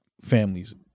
families